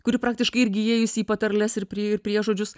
kuri praktiškai irgi įėjus į patarles ir prie ir priežodžius